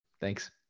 Thanks